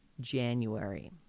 January